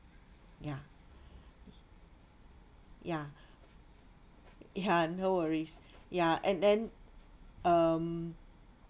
ya ya ya no worries ya and and um